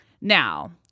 Now